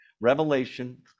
Revelation